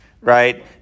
right